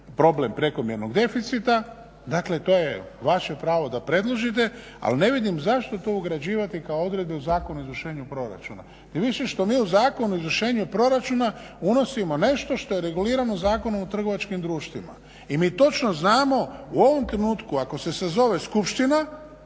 problem prekomjernog deficita dakle to je vaše pravo da predložite. Ali ne vidim zašto to ugrađivati kao odredbe u Zakon o izvršenju proračuna, tim više što mi u Zakonu o izvršenju proračuna unosimo nešto što je regulirano Zakonom o trgovačkim društvima. I mi točno znamo u ovom trenutku ako se sazove skupština,